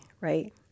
right